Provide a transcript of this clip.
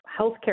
healthcare